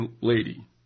Lady